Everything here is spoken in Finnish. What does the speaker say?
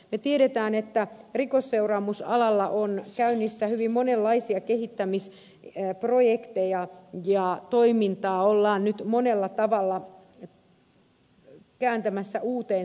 me tiedämme että rikosseuraamusalalla on käynnissä hyvin monenlaisia kehittämisprojekteja ja toimintaa ollaan nyt monella tavalla kääntämässä uuteen suuntaan